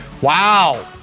Wow